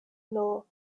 law